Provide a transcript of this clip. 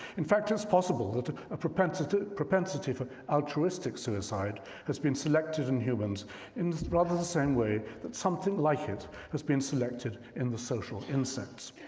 in fact, it's possible that a propensity propensity for altruistic suicide has been selected in humans in rather the same way that something like it has been selected in the social insects.